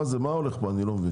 אני לא מבין